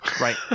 Right